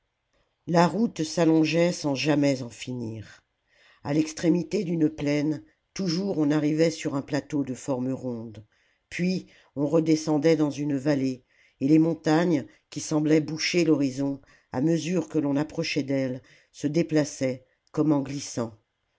la route s'allongeait sans jamais en finir a l'extrémité d'une plaine toujours on arrivait sur un plateau de forme ronde puis on redescendait dans une vallée et les montagnes qui semblaient boucher l'horizon à mesure que l'on approchait d'elles se déplaçaient comme en glissant